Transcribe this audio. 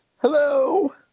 Hello